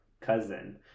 cousin